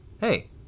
hey